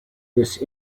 this